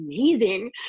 amazing